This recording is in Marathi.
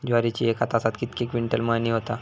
ज्वारीची एका तासात कितके क्विंटल मळणी होता?